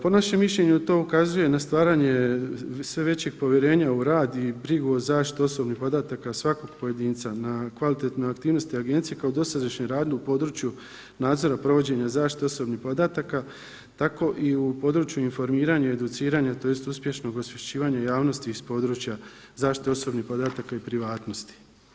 Po našem mišljenju to ukazuje na stvaranje sve većeg povjerenja u rad i brigu o zaštiti osobnih podataka svakog pojedinca, na kvalitetne aktivnosti agencije kao dosadašnjem radu u području nadzora provođenja zaštite osobnih podataka tako i u području informiranja i educiranja tj. uspješnog osvješćivanja javnosti iz područja zaštite osobnih podataka i privatnosti.